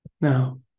Now